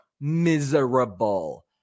miserable